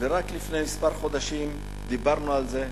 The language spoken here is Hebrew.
ורק לפני כמה חודשים דיברנו על זה,